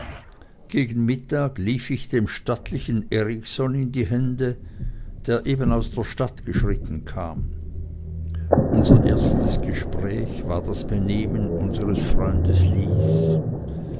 gegen mittag lief ich dem stattlichen erikson in die hände der eben aus der stadt geschritten kam unser erstes gespräch war das benehmen unsers freundes lys